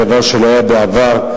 דבר שלא היה בעבר,